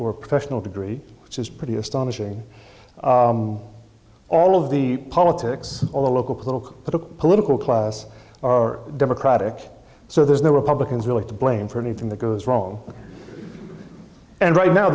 or professional degree which is pretty astonishing all of the politics all the local political look political class or democratic so there's no republicans really to blame for anything that goes wrong and right now